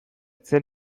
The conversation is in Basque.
zen